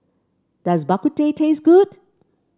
does Bak Kut Teh taste good